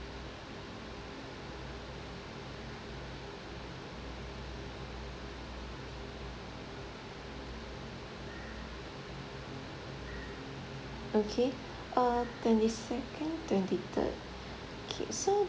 okay uh twenty second twenty third okay so